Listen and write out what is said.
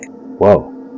whoa